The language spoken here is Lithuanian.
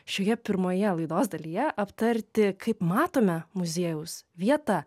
šioje pirmoje laidos dalyje aptarti kaip matome muziejaus vietą